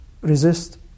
resist